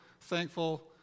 thankful